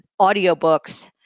audiobooks